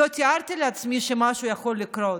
לא תיארתי לעצמי שמשהו יכול לקרות.